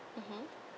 mmhmm